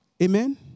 Amen